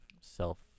self